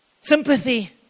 Sympathy